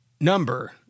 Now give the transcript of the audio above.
number